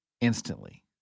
instantly